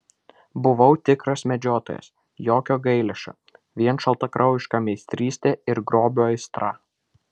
buvau tikras medžiotojas jokio gailesčio vien šaltakraujiška meistrystė ir grobio aistra